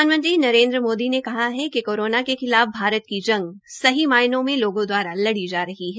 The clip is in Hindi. प्रधानमंत्री नरेन्द्र मोदी ने कहा है कि कोरोना के खिलाफ भारत की जंग सही मायने में लोगों द्वारा लड़ी जा रही है